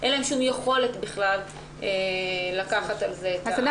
אין להם שום יכולת לקחת על זה אחריות.